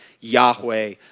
Yahweh